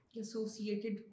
associated